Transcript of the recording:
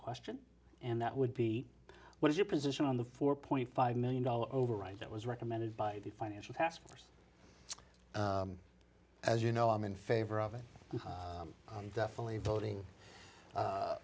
question and that would be what is your position on the four point five million dollars over right that was recommended by the financial task force as you know i'm in favor of it i'm definitely voting